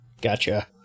gotcha